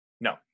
no